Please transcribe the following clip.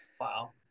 Wow